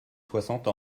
soixante